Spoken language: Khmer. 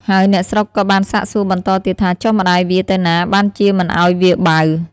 ហើយអ្នកស្រុកក៏បានសាកសួរបន្តទៀតថា ចុះម្ដាយវាទៅណាបានជាមិនឲ្យវាបៅ?